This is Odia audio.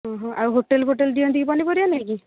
ଓଃ ଆଉ ହୋଟେଲ୍ ଫୋଟେଲ୍ ଦିଅନ୍ତି କି ପନିପରିବା ନେଇକି